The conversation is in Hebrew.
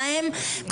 מה הם,